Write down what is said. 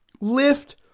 Lift